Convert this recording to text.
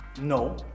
no